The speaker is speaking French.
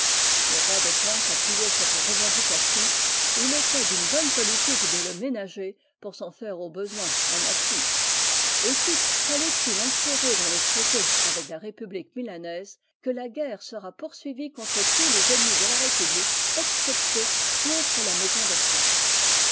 le roi de france appuyait cette revendication et il était d'une bonne politique de le ménager pour s'en faire au besoin un appui aussi fait-il insérer dans le traité avec la république milanaise que la guerre sera poursuivie contre tous les ennemis de la république excepté contre la maison de france